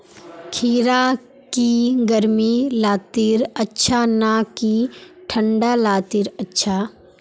खीरा की गर्मी लात्तिर अच्छा ना की ठंडा लात्तिर अच्छा?